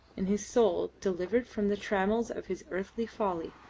and his soul, delivered from the trammels of his earthly folly,